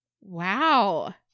Wow